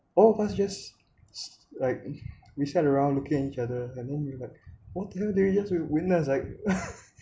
all of us just like we sat around looking at each other and then we were like what the hell did we just witnessed like